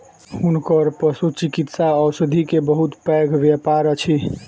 हुनकर पशुचिकित्सा औषधि के बहुत पैघ व्यापार अछि